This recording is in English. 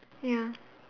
ya